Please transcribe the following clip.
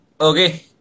Okay